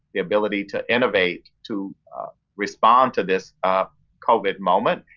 the ability to innovate, to respond to this covid moment.